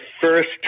first